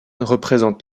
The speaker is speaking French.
représente